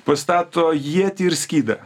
pastato ietį ir skydą